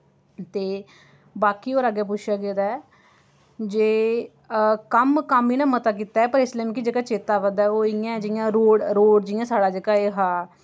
ते बाकी होर अग्गें पुच्छेआ गेदा ऐ जे कम्म कम्म इन्ना मता कीता ऐ पर इसलै मिकी जेह्का मिकी चेत्ता आवै दा ऐ ओह् इ'यां ऐ जि'यां रोड़ रोड़ जि'यां साढ़ा जेह्का एह् हा